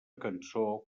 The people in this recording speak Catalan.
cançó